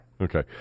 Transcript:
Okay